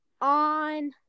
on